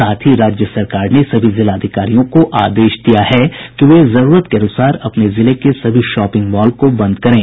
साथ ही राज्य सरकार ने सभी जिलाधिकारियों को आदेश दिया है कि वे जरूरत के अनुसार अपने जिले के सभी शॉपिंग मॉल को बंद करें